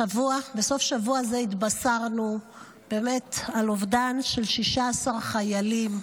בסוף השבוע הזה התבשרנו על אובדן של 16 חיילים.